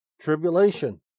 Tribulation